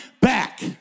back